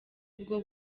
bwo